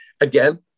Again